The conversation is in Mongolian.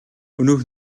өнөөх